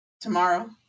tomorrow